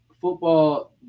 football